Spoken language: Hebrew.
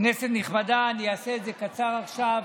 כנסת נכבדה, אני אעשה את זה קצר עכשיו.